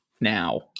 now